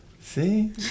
See